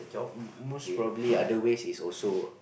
most probably other ways is also